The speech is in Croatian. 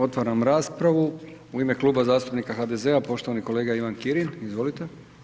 Otvaram raspravu, u ime Kluba zastupnika HDZ-a, poštovani kolega Ivan Kirin, izvolite.